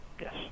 Yes